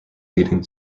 leading